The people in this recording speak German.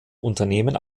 unternehmen